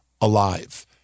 alive